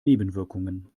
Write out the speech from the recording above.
nebenwirkungen